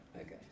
Okay